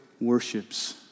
worships